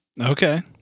Okay